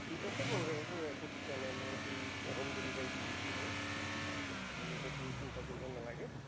ঠিক আছে বাৰু সেইটো একো দিগদাৰ নাই মই এইটো হোম ডেলিভাৰী দি দিছোঁ বাৰু আপুনি সেইটো চিন্তা কৰিব নালাগে